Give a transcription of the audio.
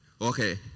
okay